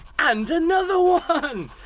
and another one.